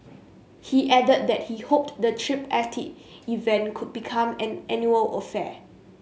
he added that he hoped the tripartite event could become an annual affair